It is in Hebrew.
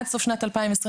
עד סוף שנת 2022,